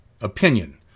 Opinion